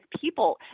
people